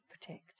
protect